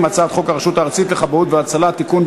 הצעת חוק הרשות הארצית לכבאות והצלה (תיקון,